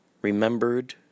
remembered